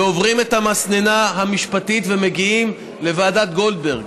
ועוברים את המסננת המשפטית ומגיעים לוועדת גולדברג,